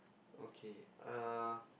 okay err